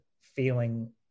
feeling